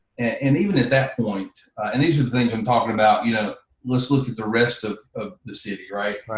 and even at that point, and these are the things i'm talking about, you know, let's look at the rest of of the city, right?